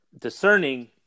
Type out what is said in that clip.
discerning